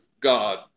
god